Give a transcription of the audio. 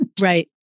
Right